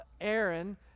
Aaron